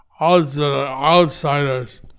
outsiders